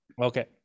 Okay